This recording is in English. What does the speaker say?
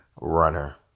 runner